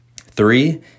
Three